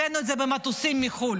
הבאנו את זה במטוסים מחו"ל.